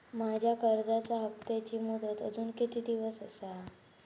माझ्या कर्जाचा हप्ताची मुदत अजून किती दिवस असा?